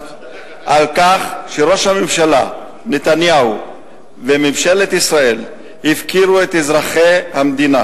על כך שראש הממשלה נתניהו וממשלת ישראל הפקירו את אזרחי המדינה.